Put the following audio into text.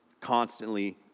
constantly